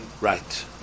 Right